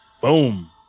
Boom